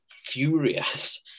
furious